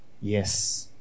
Yes